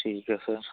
ਠੀਕ ਹੈ ਸਰ